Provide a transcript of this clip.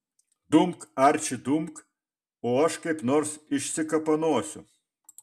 dumk arči dumk o aš kaip nors išsikapanosiu